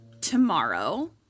tomorrow